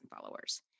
followers